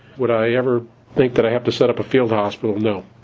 would i ever think that i have to set up a field hospital? no.